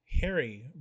Harry